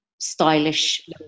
stylish